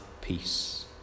peace